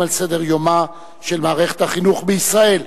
על סדר-יומה של מערכת החינוך בישראל.